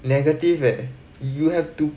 negative leh you have to